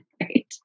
right